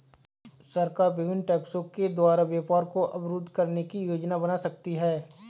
सरकार विभिन्न टैक्सों के द्वारा व्यापार को अवरुद्ध करने की योजना बना सकती है